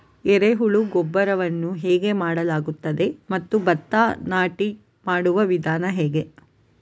ಎರೆಹುಳು ಗೊಬ್ಬರವನ್ನು ಹೇಗೆ ಮಾಡಲಾಗುತ್ತದೆ ಮತ್ತು ಭತ್ತ ನಾಟಿ ಮಾಡುವ ವಿಧಾನ ಹೇಗೆ?